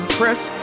press